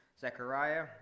zechariah